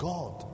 God